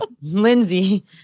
Lindsay